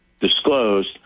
disclosed